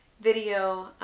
video